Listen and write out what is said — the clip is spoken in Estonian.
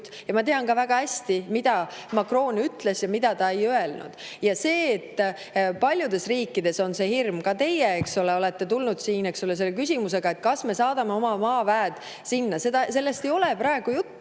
ja ma tean ka väga hästi, mida Macron ütles ja mida ta ei öelnud. Paljudes riikides on hirm – ka teie, eks ole, olete tulnud siia selle küsimusega –, kas me saadame oma maaväed sinna. Sellest ei ole praegu juttu.